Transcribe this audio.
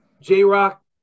J-Rock